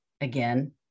again